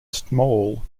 small